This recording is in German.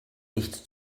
nichts